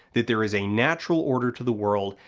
that there is a natural order to the world,